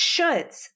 shoulds